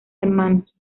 hermanos